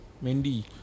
mandy